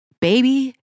baby